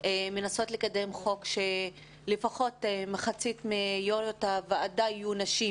מנסות לקדם חוק שלפחות מחצית מיושבי-ראש הוועדות יהיו נשים,